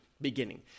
beginning